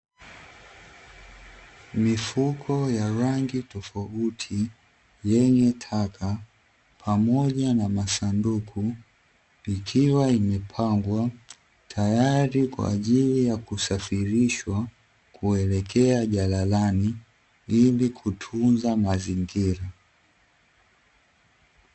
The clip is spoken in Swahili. Mifuko ya rangi tofauti yenye taka pamoja na masanduku, ikiwa imepangwa tayari kwa jaili ya kusafirishwa kuelekea jalalani ili kutunza mazingira.